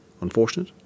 unfortunate